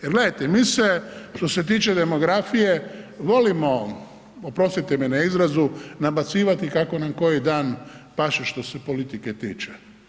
Jel gledajte, mi se, što se tiče demografije volimo, oprostite mi na izrazu, nabacivati kako nam koji dan paše što se politike tiče.